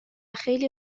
خیلی